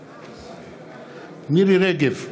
נגד מירי רגב,